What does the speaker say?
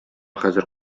хәзер